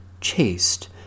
chaste